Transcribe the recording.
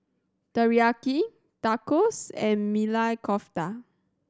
Teriyaki Tacos and Maili Kofta